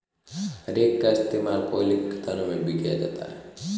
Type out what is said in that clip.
rake का इश्तेमाल कोयले के खदानों में भी किया जाता है